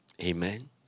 Amen